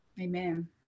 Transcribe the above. Amen